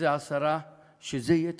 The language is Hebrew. עשרה שזה יהיה תפקידם.